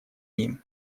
ним